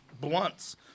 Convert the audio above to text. blunts